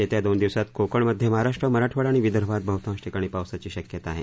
येत्या दोन दिवसात कोकण मध्य महाराष्ट्र मराठवाडा आणि विदर्भात बहतांश ठिकाणी पावसाची शक्यता आहे